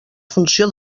funció